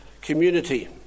community